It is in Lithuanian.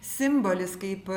simbolis kaip